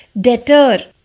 deter